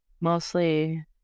mostly